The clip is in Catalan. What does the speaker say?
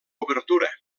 obertura